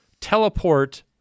teleport